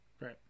Right